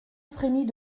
frémit